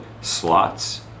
slots